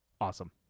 Awesome